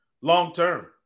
long-term